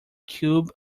cube